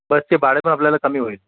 बसचे भाडे पण आपल्याला कमी होईल